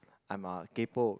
I'm a kaypo